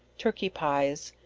turkey pies,